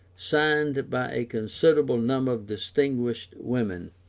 signed by a considerable number of distinguished women.